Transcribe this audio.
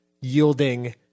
yielding